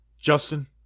Justin